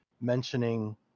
mentioning